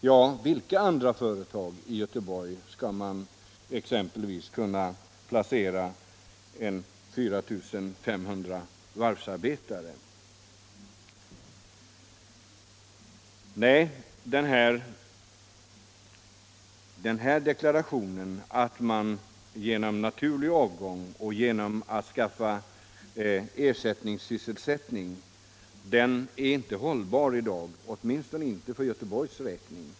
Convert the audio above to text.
Vid vilka andra företag i Göteborg kan man placera omkring 4 500 varvsarbetare? Nej, deklarationen om naturlig avgång och ersättningssysselsättning är inte hållbar i dag, åtminstone inte för Göteborgs del.